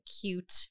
cute